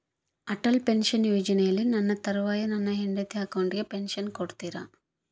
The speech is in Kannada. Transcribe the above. ಅಟಲ್ ಪೆನ್ಶನ್ ಯೋಜನೆಯಲ್ಲಿ ನನ್ನ ತರುವಾಯ ನನ್ನ ಹೆಂಡತಿ ಅಕೌಂಟಿಗೆ ಪೆನ್ಶನ್ ಕೊಡ್ತೇರಾ?